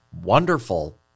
wonderful